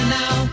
now